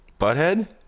butthead